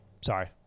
sorry